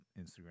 Instagram